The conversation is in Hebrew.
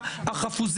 יעקב,